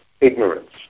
ignorance